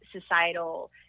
societal